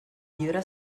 llibre